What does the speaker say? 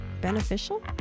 beneficial